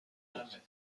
بود